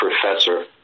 professor